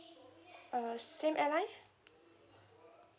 uh same airline